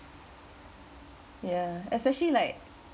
yeah especially like